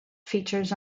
features